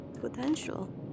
Potential